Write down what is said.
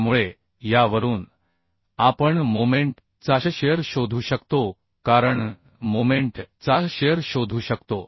त्यामुळे यावरून आपण मोमेंट चा शिअर शोधू शकतो कारण मोमेंट चा शिअर शोधू शकतो